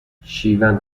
شیون